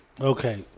Okay